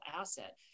asset